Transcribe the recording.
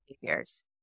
behaviors